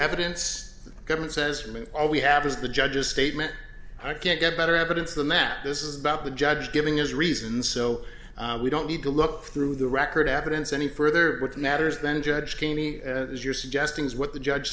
evidence government says woman all we have is the judge's statement i can't get better evidence than that this is about the judge giving his reasons so we don't need to look through the record accidents any further with matters then judge gainey as you're suggesting is what the judge